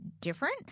different